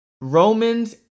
Romans